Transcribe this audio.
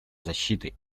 защиты